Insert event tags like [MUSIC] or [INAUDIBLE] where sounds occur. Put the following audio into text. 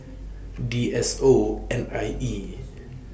D S O N I E [NOISE]